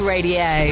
Radio